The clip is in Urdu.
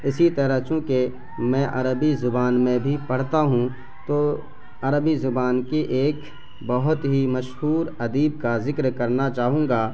اسی طرح چونکہ میں عربی زبان میں بھی پڑھتا ہوں تو عربی زبان کی ایک بہت ہی مشہور ادیب کا ذکر کرنا چاہوں گا